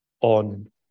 on